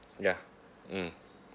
ya mmhmm